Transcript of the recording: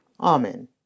Amen